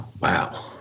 Wow